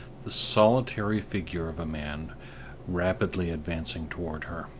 the solitary figure of a man rapidly advancing toward her.